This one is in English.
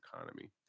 economy